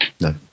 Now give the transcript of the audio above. No